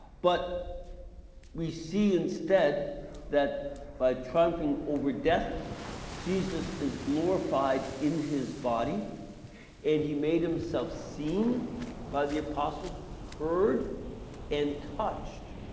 but we see instead that by triumphing over death jesus is glorified in his body and he made himself seen by the apostles, heard and touched.